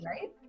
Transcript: right